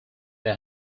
they